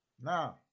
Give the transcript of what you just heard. now